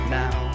now